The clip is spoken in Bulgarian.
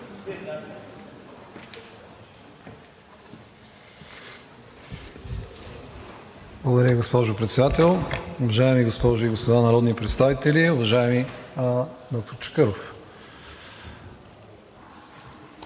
Благодаря Ви, госпожо Председател. Уважаеми госпожи и господа народни представители! Уважаема доктор Таваличка,